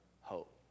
hope